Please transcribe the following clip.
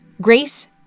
Grace